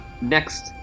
next